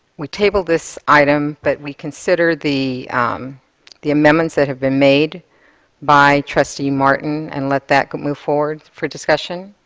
we table this item that but we consider the um the amendments that have been made by trustee martin and let that move forward for discussion.